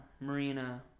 Marina